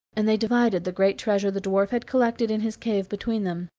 and they divided the great treasure the dwarf had collected in his cave between them.